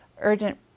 urgent